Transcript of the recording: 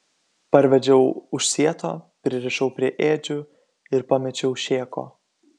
parvedžiau už sieto pririšau prie ėdžių ir pamečiau šėko